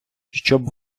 щоб